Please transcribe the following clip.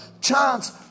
chance